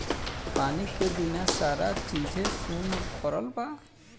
पानी के बिना सारा चीजे सुन परल बा